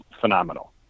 phenomenal